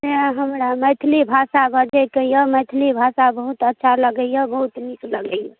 हमरा मैथिली भाषा बजैके यऽ मैथिली भाषा बहुत अच्छा लगैय बहुत नीक लगैय